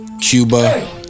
Cuba